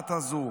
הנפשעת הזו.